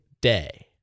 day